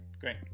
Great